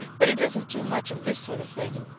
but he doesn't do much of this sort of thing.